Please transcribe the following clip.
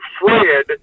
Fred